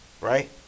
right